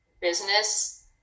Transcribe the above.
business